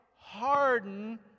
Harden